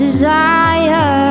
Desire